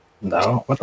no